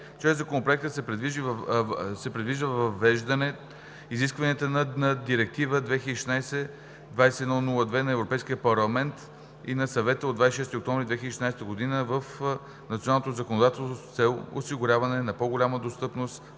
Чрез Законопроекта се предвижда и въвеждане изискванията на Директива (ЕС) 2016/2102 на Европейския парламент и на Съвета от 26 октомври 2016 г. в националното законодателство с цел осигуряване на по-голяма достъпност